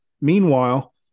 meanwhile